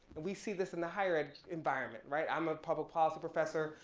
but we see this in the higher ed environment, right, i am a public policy professor,